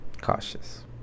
Cautious